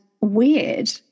weird